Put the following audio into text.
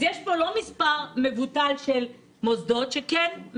אז יש פה מספר לא מבוטל של מוסדות שמחייבים